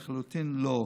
לחלוטין לא.